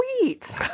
sweet